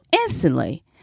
instantly